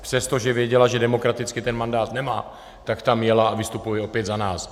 Přestože věděla, že demokraticky ten mandát nemá, tak tam jela a vystupuje opět za nás.